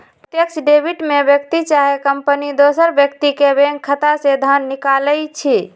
प्रत्यक्ष डेबिट में व्यक्ति चाहे कंपनी दोसर व्यक्ति के बैंक खता से धन निकालइ छै